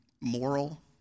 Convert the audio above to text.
moral